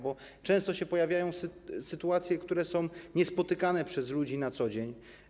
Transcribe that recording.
Bo często pojawiają się sytuacje, które są niespotykane przez ludzi na co dzień.